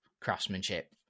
craftsmanship